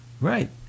Right